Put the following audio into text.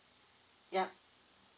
yup